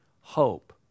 hope